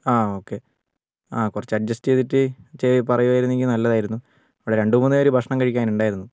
ആ ഓക്കെ ആ കുറച്ച് അഡ്ജസ്റ്റ് ചെയ്തിട്ട് പറയുമായിരുന്നെങ്കിൽ നല്ലതായിരുന്നു ഇവിടെ രണ്ട് മൂന്നു പേര് ഭക്ഷണം കഴിക്കാൻ ഉണ്ടായിരുന്നു